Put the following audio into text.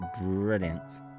brilliant